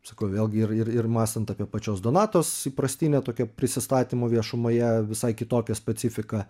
sakau vėlgi ir ir mąstant apie pačios donatos įprastinę tokią prisistatymo viešumoje visai kitokią specifiką